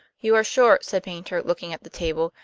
you are sure, said paynter, looking at the table,